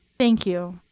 thank you.